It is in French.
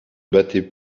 battait